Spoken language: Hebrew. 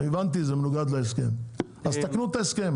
הבנתי שזה מנוגד להסכם, אז תקנו את ההסכם.